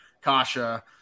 Kasha